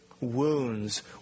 wounds